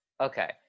Okay